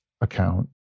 account